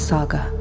Saga